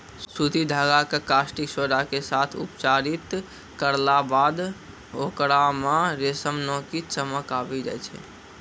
सूती धागा कॅ कास्टिक सोडा के साथॅ उपचारित करला बाद होकरा मॅ रेशम नाकी चमक आबी जाय छै